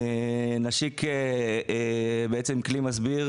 נשיק כלי מסביר,